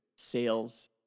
sales